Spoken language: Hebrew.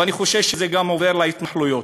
ואני חושב שזה גם עובר להתנחלויות.